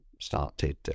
started